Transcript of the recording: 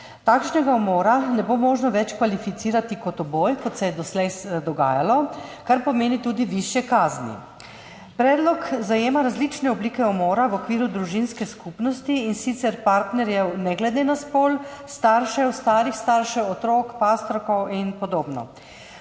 Takšnega umora ne bo možno več kvalificirati kot uboj, kot se je doslej dogajalo, kar pomeni tudi višje kazni. Predlog zajema različne oblike umora v okviru družinske skupnosti, in sicer partnerjev ne glede na spol, staršev, starih staršev, otrok, pastorkov in podobno.